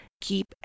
keep